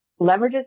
leverages